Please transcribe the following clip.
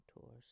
tours